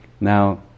Now